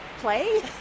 play